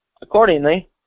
Accordingly